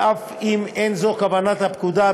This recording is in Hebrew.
ואף אם אין זו כוונת הפקודה,